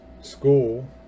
school